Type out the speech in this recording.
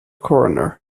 corner